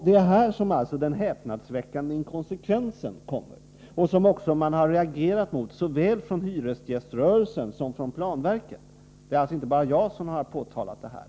Det är här som den häpnadsväckande inkonsekvensen kommer och som man också reagerat mot såväl från hyresgäströrelsen som från planverket. Det är alltså inte bara jag som påtalat det här.